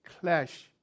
clash